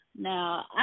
Now